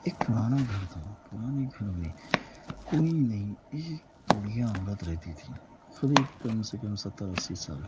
ایک پرانا گھر تھا پرانے گھر میں کوئی نہیں ایک بڑھیا عورت رہتی تھی قریب کم سے کم ستّر اسّی سال کی